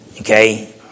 Okay